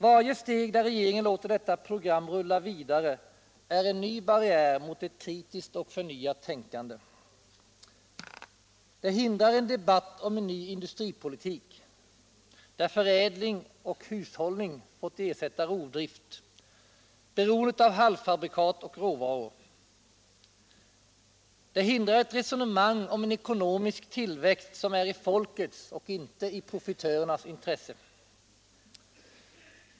Varje steg där regeringen låter detta program rulla vidare skapar en ny barriär mot ett kritiskt och förnyande tänkande. Det hindrar en debatt om en ny industripolitik där förädling och hushållning fått ersätta rovdrift, beroende av halvfabrikat och råvaror. Det hindrar ett resonemang om en ekonomisk tillväxt som är folkets, och som inte gagnar profitörernas intressen.